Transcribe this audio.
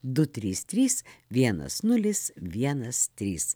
du trys trys vienas nulis vienas trys